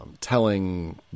telling